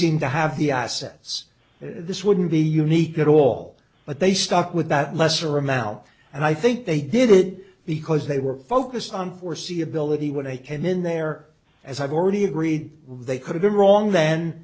seem to have the assets this wouldn't be unique at all but they stuck with that lesser amount and i think they did it because they were focused on foreseeability when they came in there as i've already agreed they could've been wrong then